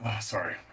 Sorry